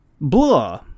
Blah